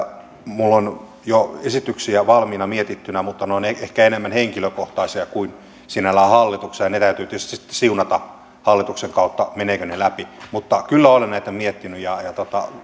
minulla on jo esityksiä valmiiksi mietittynä mutta ne ovat ehkä enemmän henkilökohtaisia kuin sinällään hallituksen ne täytyy tietysti sitten siunata hallituksen kautta menevätkö ne läpi mutta kyllä olen näitä miettinyt ja